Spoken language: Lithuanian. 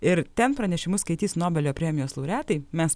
ir ten pranešimus skaitys nobelio premijos laureatai mes